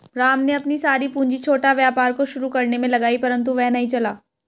राम ने अपनी सारी पूंजी छोटा व्यापार को शुरू करने मे लगाई परन्तु वह नहीं चला